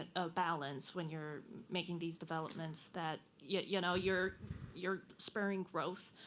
and a balance when you're making these developments, that yeah you know you're you're spurring growth,